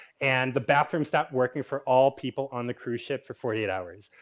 and the bathroom stopped working for all people on the cruise ship for forty eight hours.